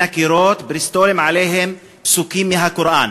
הקירות בריסטולים שהיו עליהם פסוקים מן הקוראן.